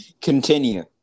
Continue